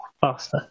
faster